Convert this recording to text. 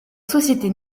société